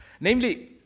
Namely